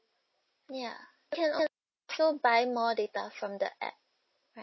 ya can so buy more data from the app right